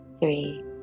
three